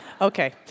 Okay